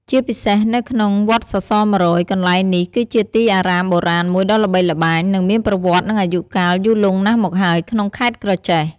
ជាពិសេសនៅក្នុងវត្តសរសរ១០០ កន្លែងនេះគឺជាទីអារាមបុរាណមួយដ៏ល្បីល្បាញ និងមានប្រវត្តិនឹងអាយុកាលយូរលង់ណាស់មកហើយក្នុងខេត្តក្រចេះ ។